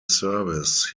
service